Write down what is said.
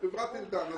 חברת אלדן.